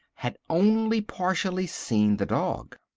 had only partially seen the dog.